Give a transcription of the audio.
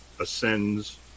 ascends